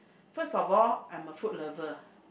first of all I'm a food lover